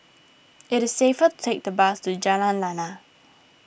it is safer to take the bus to Jalan Lana